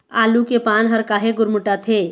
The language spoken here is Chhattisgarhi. आलू के पान हर काहे गुरमुटाथे?